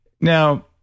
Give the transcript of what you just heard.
Now